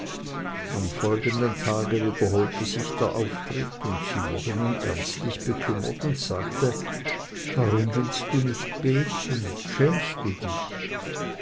am folgenden tage wiederholte sich der auftritt und sie wurde nun ernstlich bekümmert und sagte warum willst du nicht beten schämst du dich